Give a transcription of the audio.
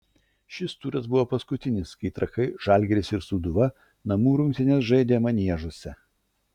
šis turas buvo paskutinis kai trakai žalgiris ir sūduva namų rungtynes žaidė maniežuose